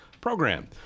Program